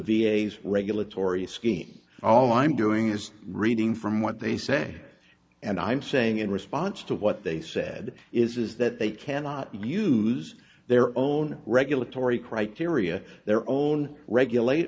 s regulatory scheme all i'm doing is reading from what they say and i'm saying in response to what they said is that they cannot use their own regulatory criteria their own regulate